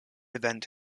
event